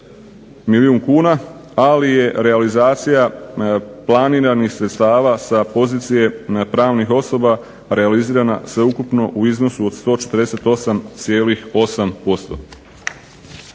milijun kuna. Ali je realizacija planiranih sredstava sa pozicije pravnih osoba realizirana sveukupno u iznosu od 148,8